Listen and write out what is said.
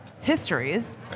histories